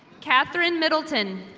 catherine middleton.